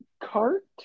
cart